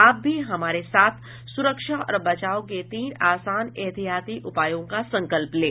आप भी हमारे साथ स्रक्षा और बचाव के तीन आसान एहतियाती उपायों का संकल्प लें